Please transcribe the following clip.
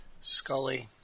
scully